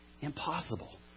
Impossible